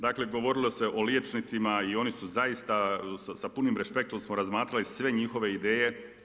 Dakle, govorilo se o liječnicima i oni su zaista, sa punim respektom smo razmatrali sve njihove ideje.